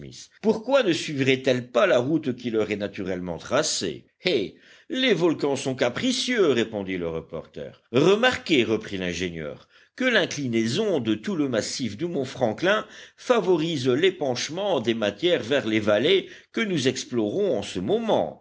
pourquoi ne suivraient elles pas la route qui leur est naturellement tracée eh les volcans sont capricieux répondit le reporter remarquez reprit l'ingénieur que l'inclinaison de tout le massif du mont franklin favorise l'épanchement des matières vers les vallées que nous explorons en ce moment